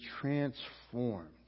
transformed